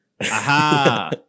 Aha